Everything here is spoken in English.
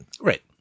Right